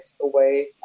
away